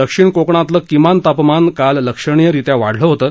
दक्षिण कोकणातलं किमान तापमान काल लक्षणीयरीत्या वाढलं होतं